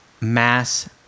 mass